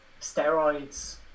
steroids